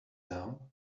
down